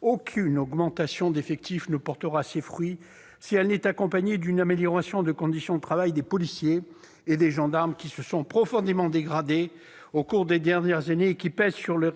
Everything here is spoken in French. Aucune augmentation d'effectifs ne portera ses fruits si elle n'est accompagnée d'une amélioration des conditions de travail des policiers et des gendarmes, qui se sont profondément dégradées au cours des dernières années et qui pèsent sur leur